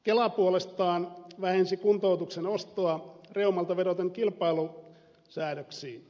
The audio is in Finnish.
kela puolestaan vähensi kuntoutuksen ostoa reumalta vedoten kilpailusäädöksiin